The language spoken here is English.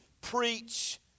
Preach